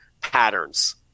patterns